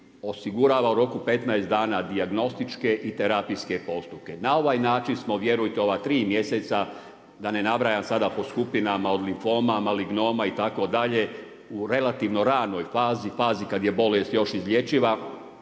osigurava u roku 15 dana dijagnostičke i terapijske postupke. N ovaj način smo vjerujte, ova 3 mjeseca, da ne nabraja sada po skupinama od limfoma, malingnoma itd. u relativnoj ranoj fazi, fazi kada je bolest još izlječiva